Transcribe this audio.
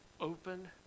open